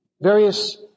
various